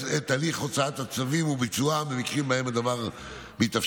את הליך הוצאת הצווים וביצועם במקרים שבהם הדבר מתאפשר.